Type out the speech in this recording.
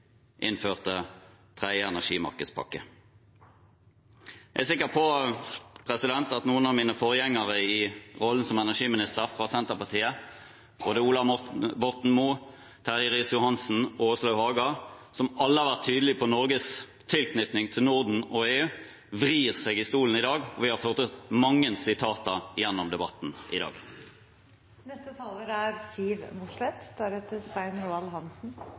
innførte den tredje energimarkedspakken. Jeg er sikker på at noen av mine forgjengere i rollen som energiminister fra Senterpartiet, både Ola Borten Moe, Terje Riis-Johansen og Åslaug Haga, som alle har vært tydelige på Norges tilknytning til Norden og EU, vrir seg i stolen i dag, og vi har fått mange sitater i debatten i